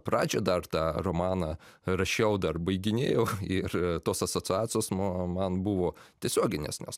pradžią dar tą romaną rašiau dar baiginėjau ir tos asociacijos nu man buvo tiesioginės nes